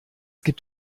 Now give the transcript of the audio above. gibt